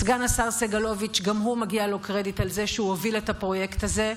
סגן השר סגלוביץ' גם לו מגיע קרדיט על זה שהוא הוביל את הפרויקט הזה,